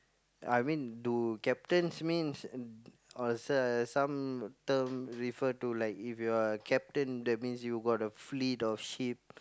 I mean do captains means uh some some term refer to like if you are captain that means you got a fleet of ship